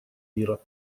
мира